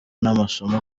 n’amasomo